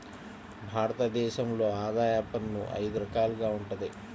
భారత దేశంలో ఆదాయ పన్ను అయిదు రకాలుగా వుంటది